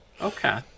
okay